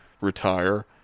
retire